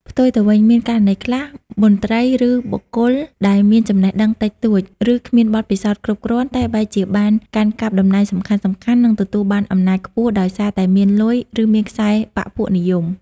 ផ្ទុយទៅវិញ មានករណីខ្លះ មន្ត្រី ឬបុគ្គលដែលមានចំណេះដឹងតិចតួច ឬគ្មានបទពិសោធន៍គ្រប់គ្រាន់តែបែរជាបានកាន់កាប់តំណែងសំខាន់ៗ និងទទួលបានអំណាចខ្ពស់ដោយសារតែមានលុយ ឬមានខ្សែបក្សពួកនិយម។